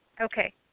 Okay